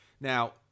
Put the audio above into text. Now